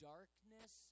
Darkness